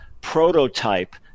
prototype